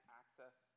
access